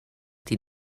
die